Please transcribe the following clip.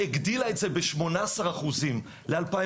והגדילה את זה ב-18% ל-2021,